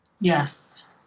yes